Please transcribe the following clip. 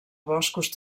boscos